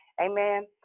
Amen